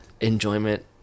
enjoyment